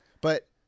But-